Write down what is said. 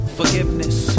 forgiveness